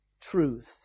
truth